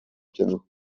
piano